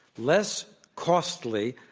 less costly,